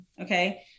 Okay